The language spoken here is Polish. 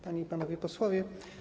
Panie i Panowie Posłowie!